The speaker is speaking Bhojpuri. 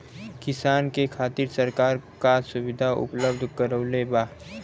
किसान के खातिर सरकार का सुविधा उपलब्ध करवले बा?